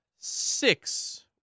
six